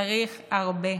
וצריך הרבה.